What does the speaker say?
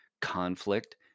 Conflict